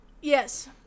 Yes